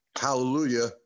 hallelujah